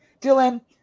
Dylan